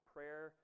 Prayer